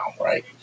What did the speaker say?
right